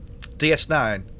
DS9